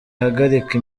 ihagarika